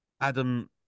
Adam